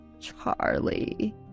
Charlie